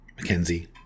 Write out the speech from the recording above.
Mackenzie